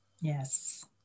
Yes